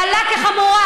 קלה כחמורה.